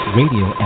radio